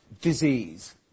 disease